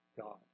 God